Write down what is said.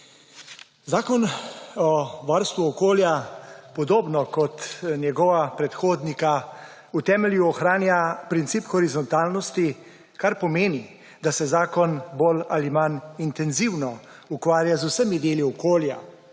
Zakon o varstvu okolja podobno kot njegova predhodnika v temelju ohranja princip horizontalnosti, kar pomeni, da se zakon bolj ali manj intenzivno ukvarja z vsemi deli okolja